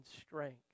strength